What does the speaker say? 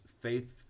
faith